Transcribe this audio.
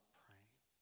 praying